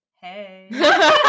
Hey